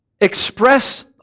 express